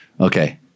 okay